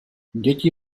děti